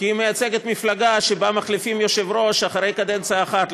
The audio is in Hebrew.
כי היא מייצגת מפלגה שבה מחליפים יושב-ראש אחרי קדנציה אחת,